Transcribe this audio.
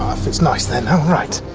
fits nice there now. right.